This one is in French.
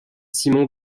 simon